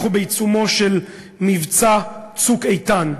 אנחנו בעיצומו של מבצע "צוק איתן",